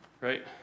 Right